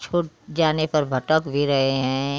छूट जाने पर भटक भी रहे हैं